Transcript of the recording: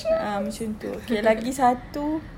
a'ah macam itu okay lagi satu